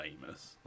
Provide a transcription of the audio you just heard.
famous